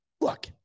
Look